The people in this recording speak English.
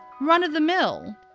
run-of-the-mill